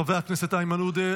חברי הכנסת איימן עודה,